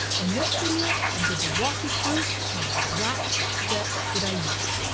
in this video, i'm going to walk you through my exact steps that i use.